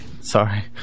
Sorry